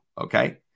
okay